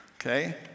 okay